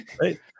right